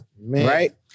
right